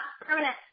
permanent